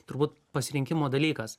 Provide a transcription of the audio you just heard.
turbūt pasirinkimo dalykas